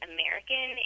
American